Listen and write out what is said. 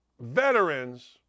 veterans